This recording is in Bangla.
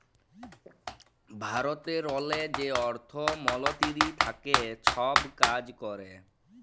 ভারতেরলে যে অর্থ মলতিরি থ্যাকে ছব কাজ ক্যরে